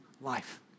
life